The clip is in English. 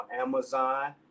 Amazon